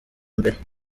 mbere